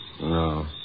No